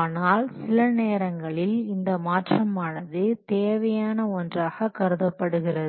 ஆனால் சில நேரங்களில் இந்த மாற்றமானது தேவையான ஒன்றாக கருதப்படுகிறது